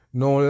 no